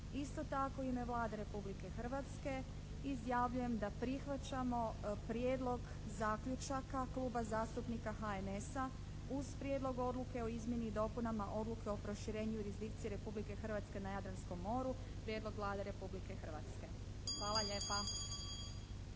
Isto tako u ime Vlade Republike Hrvatske izjavljujem da prihvaćamo prijedlog zaključaka Kluba zastupnika HNS-a uz Prijedlog odluke o izmjeni i dopunama Odluke o proširenju jurisdikcije Republike Hrvatske na Jadranskom moru, prijedlog Vlade Republike Hrvatske. Hvala lijepa.